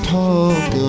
talk